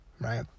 right